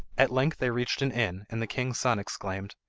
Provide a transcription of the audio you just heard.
at length they reached an inn, and the king's son exclaimed,